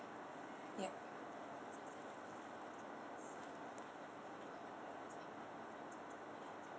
ya